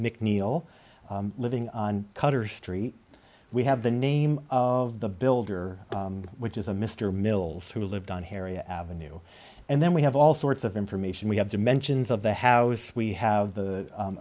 mcneil living on cutter's street we have the name of the builder which is a mr mills who lived on harriet avenue and then we have all sorts of information we have dimensions of the house we have the